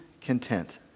content